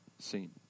seen